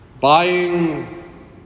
buying